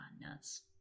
nuts